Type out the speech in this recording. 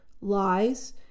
lies